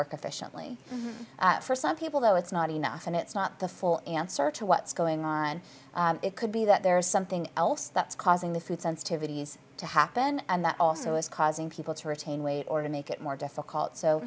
work efficiently for some people though it's not enough and it's not the full answer to what's going on it could be that there's something else that's causing the food sensitivities to happen and that also is causing people to retain weight or to make it more difficult so